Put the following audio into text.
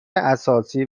اساسی